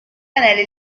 nelle